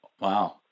Wow